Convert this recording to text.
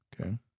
Okay